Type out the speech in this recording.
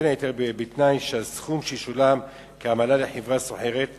בין היתר בתנאי שהסכום שישולם כעמלה לחברה סוחרת קשורה,